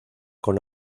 con